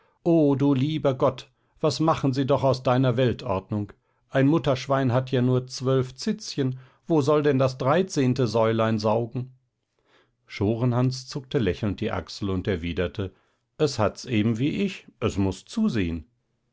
o du lieber gott was machen sie doch aus deiner weltordnung ein mutterschwein hat ja nur zwölf zitzchen wo soll denn das dreizehnte säulein saugen schorenhans zuckte lächelnd die achsel und erwiderte es hat's eben wie ich es muß zusehen